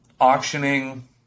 auctioning